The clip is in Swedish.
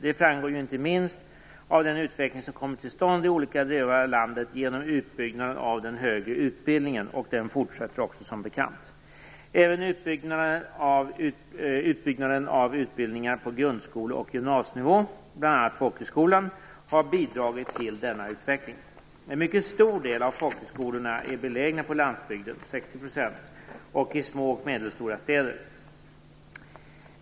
Det framgår inte minst av den utveckling som kommit till stånd i olika delar av landet genom utbyggnaden av den högre utbildningen, och den fortsätter också som bekant. Även utbyggnaden av utbildningar på grundskole och gymnasienivå, bl.a. folkhögskolan, har bidragit till denna utveckling. En mycket stor andel av folkhögskolorna är belägna på landsbygden, 60 %, och i små och medelstora städer.